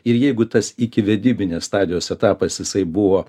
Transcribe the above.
ir jeigu tas ikivedybinės stadijos etapas jisai buvo